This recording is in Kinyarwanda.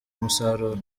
umusaruro